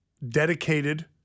dedicated